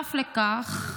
נוסף לכך,